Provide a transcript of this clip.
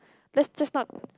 let's just not